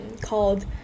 called